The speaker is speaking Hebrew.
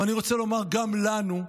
אני רוצה לומר שגם לנו,